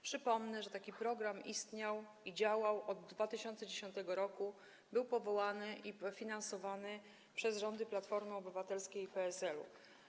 Przypomnę, że taki program istniał i działał od 2010 r., był utworzony i finansowany przez rządy Platformy Obywatelskiej i PSL-u.